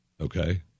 Okay